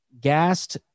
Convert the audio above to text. gassed